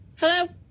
Hello